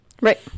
Right